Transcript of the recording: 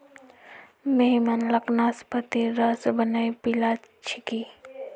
मेहमान लाक नाशपातीर रस बनइ पीला छिकि